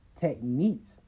techniques